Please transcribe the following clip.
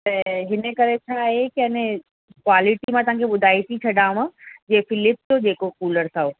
ऐं इन करे छा आहे के अने क्वालिटी मां तव्हांखे ॿुधाए थी छॾियांव जीअं फिलिप्स जेको कूलर अथव